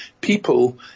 people